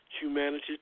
humanity